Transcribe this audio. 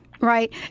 Right